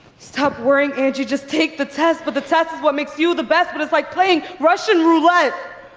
stop worrying, angie, just take the test but the test is what makes you the best but it's like playing russian roulette.